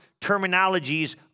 terminologies